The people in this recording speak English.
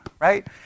Right